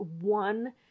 one